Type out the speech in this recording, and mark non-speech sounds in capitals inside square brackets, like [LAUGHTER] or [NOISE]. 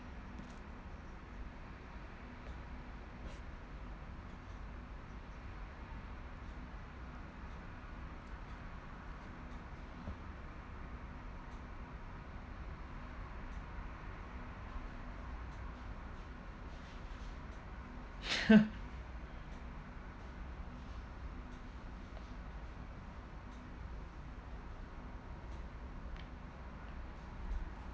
[LAUGHS]